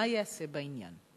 4. מה ייעשה בעניין?